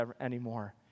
anymore